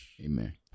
Amen